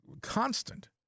constant